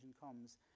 comes